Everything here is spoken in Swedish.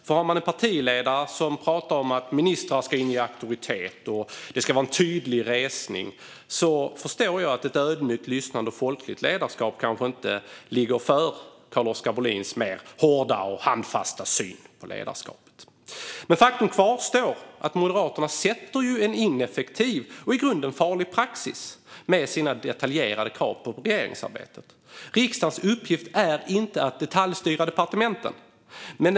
Om man har en partiledare som pratar om att ministrar ska inge auktoritet och att det ska vara en tydlig resning förstår jag att ett ödmjukt lyssnande och ett folkligt ledarskap kanske inte ligger för Carl-Oskar Bohlin med hans mer hårda och handfasta syn på ledarskapet. Faktum kvarstår: Moderaterna sätter en ineffektiv och i grunden farlig praxis med sina detaljerade krav på regeringsarbetet. Riksdagens uppgift är inte att detaljstyra departementen.